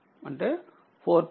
అంటే 412Ω ఉంది